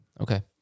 Okay